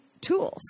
tools